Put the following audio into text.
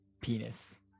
penis